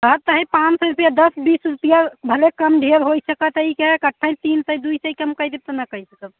कहत हई पाँच सौ रुपया दस बीस रुपया भले कम देहल हो सकत है इका इकट्ठा तीन सौ दो सौ कम कर दे तो ना कर सकब